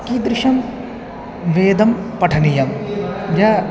कीदृशं वेदं पठनीयं य